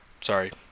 sorry